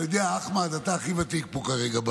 אתה יודע, אחמד, אתה הכי ותיק פה כרגע.